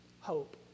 Hope